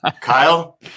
Kyle